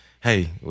Hey